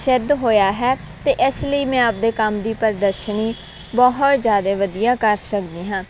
ਸਿੱਧ ਹੋਇਆ ਹੈ ਅਤੇ ਇਸ ਲਈ ਮੈਂ ਆਪਦੇ ਕੰਮ ਦੀ ਪ੍ਰਦਰਸ਼ਨੀ ਬਹੁਤ ਜ਼ਿਆਦਾ ਵਧੀਆ ਕਰ ਸਕਦੀ ਹਾਂ